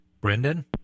Brendan